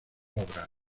obras